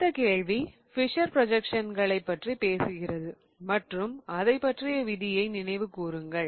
அடுத்த கேள்வி ஃபிஷர் ப்ரொஜக்ஸன்களைப் பற்றி பேசுகிறது மற்றும் அதை பற்றிய விதியை நினைவு கூறுங்கள்